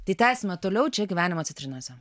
tai tęsime toliau čia gyvenimo citrinose